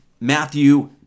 Matthew